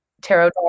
tarot